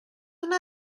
una